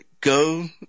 go